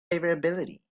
favorability